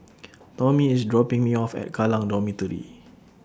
Tomie IS dropping Me off At Kallang Dormitory